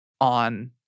on